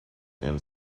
and